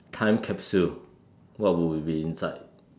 time capsule what will be inside